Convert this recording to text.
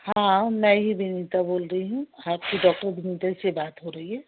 हाँ मैं ही विनीता बोल रही हूँ आपकी डॉक्टर विनीता से बात हो रही है